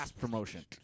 promotion